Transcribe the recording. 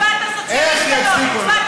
הצבעת עם עמיר פרץ?